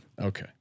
Okay